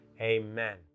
amen